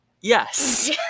Yes